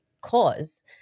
cause